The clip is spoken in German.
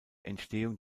entstehung